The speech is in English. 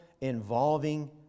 involving